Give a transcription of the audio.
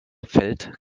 fällt